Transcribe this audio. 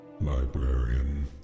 Librarian